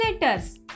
letters